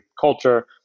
culture